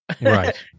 Right